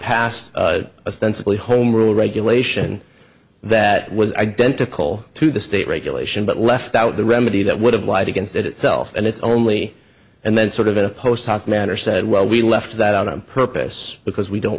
sensibly home rule regulation that was identical to the state regulation but left out the remedy that would have lied against it itself and it's only and then sort of in a post hoc manner said well we left that on purpose because we don't